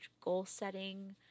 goal-setting